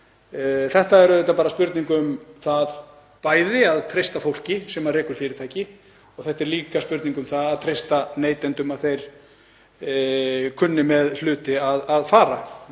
Þetta er bara spurning um að treysta fólki sem rekur fyrirtæki og þetta er líka spurning um að treysta neytendum, að þeir kunni með hluti að fara.